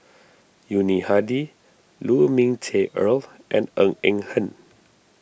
Yuni Hadi Lu Ming Teh Earl and Ng Eng Hen